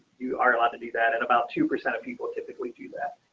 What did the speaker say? you are allowed to do that and about two percent of people typically do that.